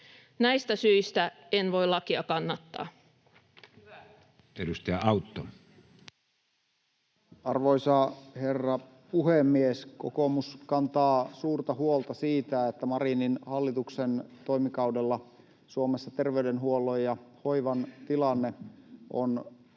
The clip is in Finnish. aikana Time: 13:23 Content: Arvoisa herra puhemies! Kokoomus kantaa suurta huolta siitä, että Marinin hallituksen toimikaudella Suomessa terveydenhuollon ja hoivan tilanne on